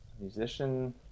musician